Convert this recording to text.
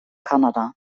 kanada